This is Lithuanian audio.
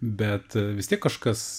bet vis tiek kažkas